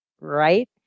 right